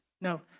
No